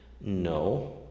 No